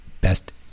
best